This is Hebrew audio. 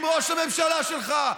עם ראש הממשלה שלך,